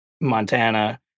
Montana